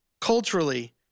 culturally